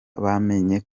bamenye